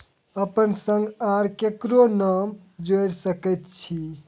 अपन संग आर ककरो नाम जोयर सकैत छी?